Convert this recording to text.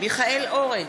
מיכאל אורן,